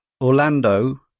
Orlando